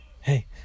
hey